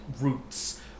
roots